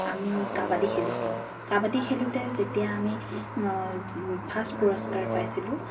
আমি কাবাডী খেলিছিলোঁ কাবাডী খেলোতো যেতিয়া আমি ফাৰ্ষ্ট পুৰস্কাৰ পাইছিলোঁ